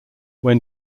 when